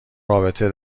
رابطه